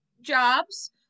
jobs